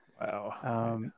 Wow